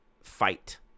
fight